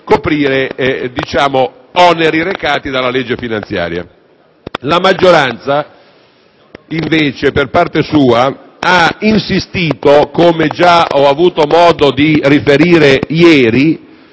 La maggioranza, invece, per parte sua, ha insistito - come già ho avuto modo di riferire ieri